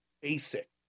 basic